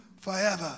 forever